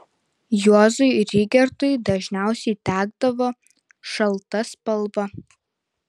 juozui rygertui dažniausiai tekdavo šalta spalva